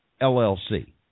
LLC